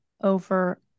over